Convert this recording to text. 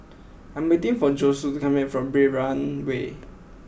I am waiting for Josue to come back from Brani Way